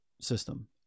system